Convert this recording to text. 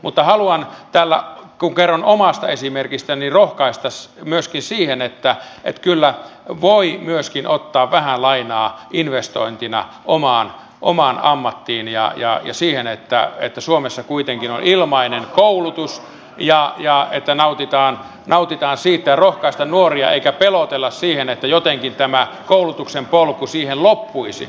mutta haluan tällä kun kerroin omasta esimerkistäni rohkaista myöskin siihen että kyllä voi myöskin ottaa vähän lainaa investointina omaan ammattiin ja kun suomessa kuitenkin on ilmainen koulutus nautitaan siitä ja rohkaistaan nuoria eikä pelotella sillä että jotenkin tämä koulutuksen polku siihen loppuisi